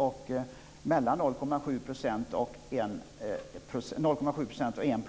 Det är ett stort steg mellan 0,7 % och 1